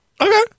Okay